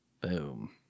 Boom